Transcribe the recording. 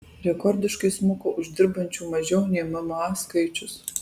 rekordiškai smuko uždirbančių mažiau nei mma skaičius